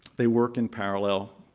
they work in parallel.